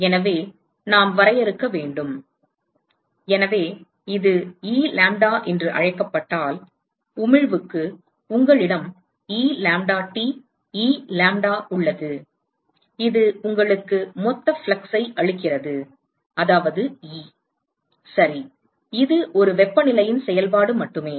எனவே நாம் வரையறுக்க வேண்டும் எனவே இது E லாம்ப்டா என்று அழைக்கப்பட்டால் உமிழ்வுக்கு உங்களிடம் E lambdaT E lambda உள்ளது இது உங்களுக்கு மொத்த ஃப்ளக்ஸ் ஐ அளிக்கிறது அதாவது E சரி இது ஒரு வெப்பநிலையின் செயல்பாடு மட்டுமே